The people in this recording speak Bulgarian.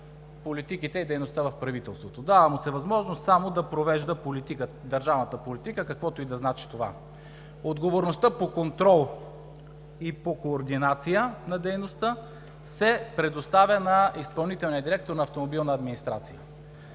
политиките и дейността в правителството. Дава му се възможност само да провежда държавната политика, каквото и да значи това, а отговорността по контрол и координация на дейността се предоставя на изпълнителния директор на „Автомобилна администрация“.